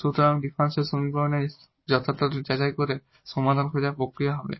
সুতরাং ডিফারেনশিয়াল সমীকরণের যথার্থতা যাচাই করে সমাধান খোঁজার প্রক্রিয়া হবে